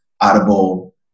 Audible